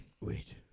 Wait